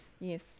Yes